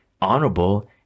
honorable